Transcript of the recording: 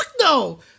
no